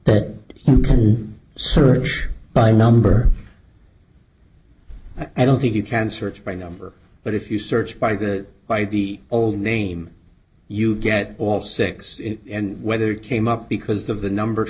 but you search by number i don't think you can search by number but if you search by the by the old name you get all six whether it came up because of the number